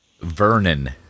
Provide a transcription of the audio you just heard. vernon